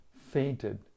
fainted